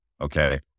okay